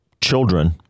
children